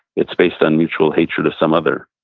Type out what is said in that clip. it's based on mutual hatred of some other.